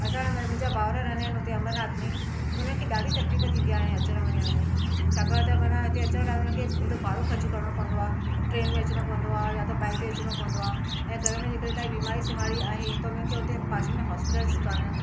असांजा मुंहिंजा भाउरु रहंदा आहिनि उते अंबरनाथ में उनखे ॾाढी तकलीफ़ थींदी आहे हाणे अचण वञण में छाकाणि त माना हिते अचण लाइ हुननि खे अहिॾो भाड़ो ख़र्च करिणो पवंदो आहे ट्रेन में अचणो पवंदो आहे या त बाइक ते अचणो पवंदो आ ऐं घर में जेकरे काई बीमारी सीमाड़ी आहे त हुननि खे हुते पासे में हॉस्पिटल्स कोनि